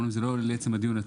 ואומנם היא לא לדיון עצמו,